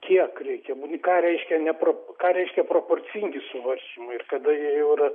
kiek reikia ką reiškia nepra ką reiškia proporcingi suvaržymai ir kada jie jau yra